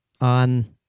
on